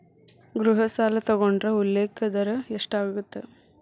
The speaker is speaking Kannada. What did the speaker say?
ಗೃಹ ಸಾಲ ತೊಗೊಂಡ್ರ ಉಲ್ಲೇಖ ದರ ಎಷ್ಟಾಗತ್ತ